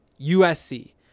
USC